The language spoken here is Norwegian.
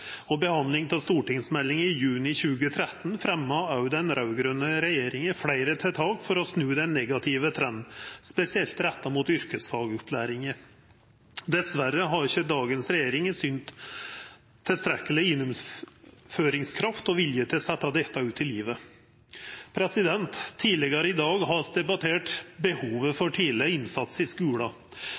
og behandlinga av stortingsmeldinga i juni 2013 fremma òg den raud-grøne regjeringa fleire tiltak for å snu den negative trenden, spesielt retta mot yrkesfagopplæringa. Dessverre har ikkje dagens regjering synt tilstrekkeleg gjennomføringskraft og vilje til å setja dette ut i livet. Tidlegare i dag har vi debattert behovet for tidleg innsats i